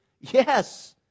yes